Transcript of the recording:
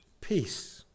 peace